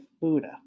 Buddha